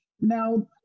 now